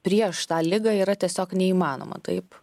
prieš tą ligą yra tiesiog neįmanoma taip